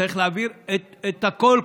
צריך להעביר את הכול,